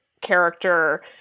character